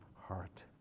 heart